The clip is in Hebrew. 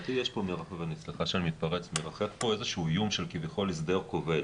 לדעתי מרחף פה איזשהו איום של כביכול הסדר כובל